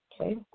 Okay